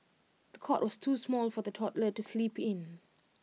the cot was too small for the toddler to sleep in